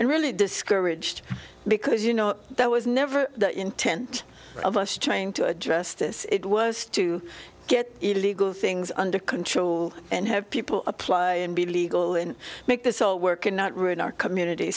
and really discouraged because you know that was never the intent of us trying to address this it was to get it illegal things under control and have people apply and be legal and make this all work and not ruin our community